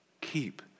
Keep